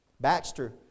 Baxter